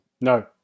no